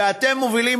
ואתם מובילים,